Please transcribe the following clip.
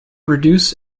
reduce